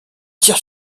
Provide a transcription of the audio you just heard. tirent